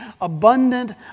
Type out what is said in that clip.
abundant